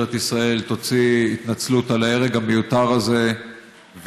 ישראל תוציא התנצלות על ההרג המיותר הזה,